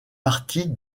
partie